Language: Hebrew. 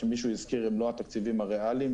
שמישהו הזכיר הם לא התקציבים הריאליים,